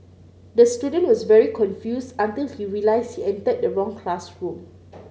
the student was very confused until he realised he entered the wrong classroom